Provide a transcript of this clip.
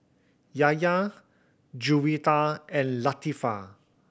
Yahya Juwita and Latifa